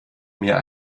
mir